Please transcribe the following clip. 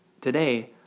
Today